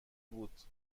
بود